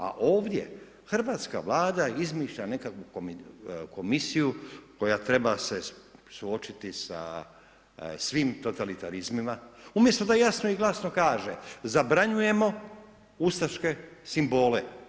A ovdje hrvatska Vlada izmišlja nekakvu komisiju koja treba se suočiti sa svim totalitarizmima umjesto da jasno i glasno kaže zabranjujemo ustaške simbole.